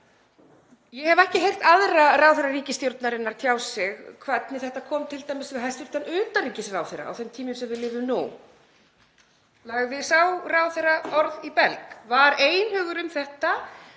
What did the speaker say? Ég hef ekki heyrt aðra ráðherra ríkisstjórnarinnar tjá sig um hvernig þetta kom t.d. við hæstv. utanríkisráðherra á þeim tímum sem við lifum nú. Lagði sá ráðherra orð í belg? Var einhugur um þetta?